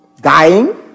Dying